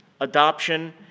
adoption